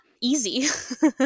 easy